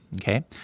okay